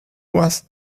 was